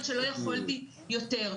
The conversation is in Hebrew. עד שלא יכולתי יותר.